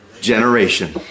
generation